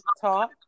talk